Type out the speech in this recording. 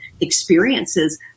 experiences